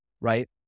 right